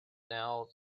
now